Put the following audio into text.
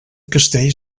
castell